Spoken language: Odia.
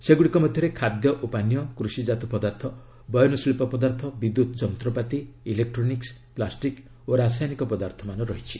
ସେଗୁଡ଼ିକ ମଧ୍ୟରେ ଖାଦ୍ୟ ଓ ପାନୀୟ କୃଷିଜାତ ପଦାର୍ଥ ବୟନଶିଳ୍ପ ପଦାର୍ଥ ବିଦ୍ୟୁତ୍ ଯନ୍ତ୍ରପାତି ଇଲେକ୍ରୋନିକ୍କ ପ୍ଲାଷ୍ଟିକ୍ ଓ ରସାୟନିକ ପଦାର୍ଥ ରହିଛି